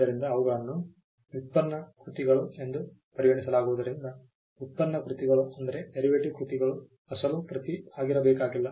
ಆದ್ದರಿಂದ ಅವುಗಳನ್ನು ವ್ಯುತ್ಪನ್ನ ಕೃತಿಗಳು ಎಂದು ಪರಿಗಣಿಸಲಾಗಿರುವುದರಿಂದ ವ್ಯುತ್ಪನ್ನ ಕೃತಿಗಳು ಅಸಲು ಪ್ರತಿ ಆಗಿರಬೇಕಾಗಿಲ್ಲ